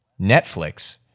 Netflix